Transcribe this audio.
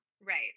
Right